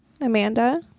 amanda